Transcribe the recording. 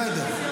בסדר.